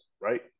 right